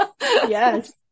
Yes